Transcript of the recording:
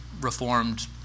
Reformed